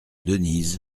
denise